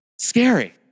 Scary